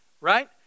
right